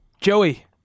Joey